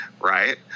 right